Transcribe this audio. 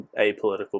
apolitical